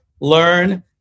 learn